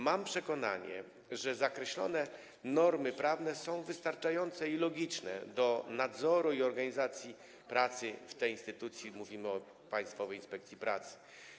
Mam przekonanie, że zakreślone normy prawne są logiczne i wystarczające do nadzoru i organizacji pracy w tej instytucji, mówimy o Państwowej Inspekcji Pracy.